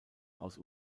aus